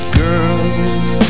girls